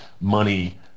money